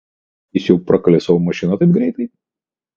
jis jau prakalė savo mašiną taip greitai